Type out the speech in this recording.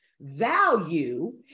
Value